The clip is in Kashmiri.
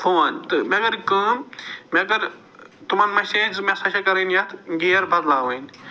فون تہٕ مےٚ کٔر کٲم مےٚ کٔر تِمن مسیج زٕ مےٚ سا چھِ کَرٕنۍ یَتھ گیر بدلاوٕنۍ